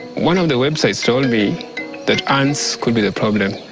one of the websites told me that ants could be the problem.